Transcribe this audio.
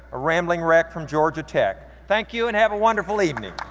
a rambling wreck from georgia tech. thank you, and have a wonderful evening.